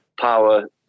power